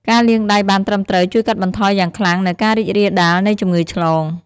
ការលាងដៃបានត្រឹមត្រូវ ជួយកាត់បន្ថយយ៉ាងខ្លាំងនូវការរីករាលដាលនៃជំងឺឆ្លង។